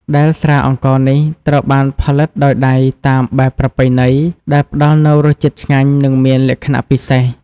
ដែលស្រាអង្ករនេះត្រូវបានផលិតដោយដៃតាមបែបប្រពៃណី ដែលផ្តល់នូវរសជាតិឆ្ងាញ់ និងមានលក្ខណៈពិសេស។